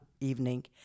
evening